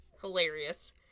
Hilarious